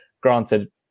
Granted